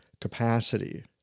capacity